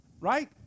Right